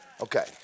okay